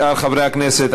שאר חברי הכנסת,